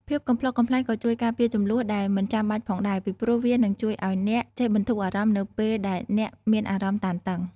ភាពកំប្លុកកំប្លែងក៏ជួយការពារជម្លោះដែលមិនចាំបាច់ផងដែរ ពីព្រោះវានឹងជួយឱ្យអ្នកចេះបន្ធូរអារម្មណ៍នៅពេលដែលអ្នកមានអារម្មណ៍តានតឹង។